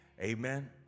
Amen